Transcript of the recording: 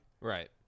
Right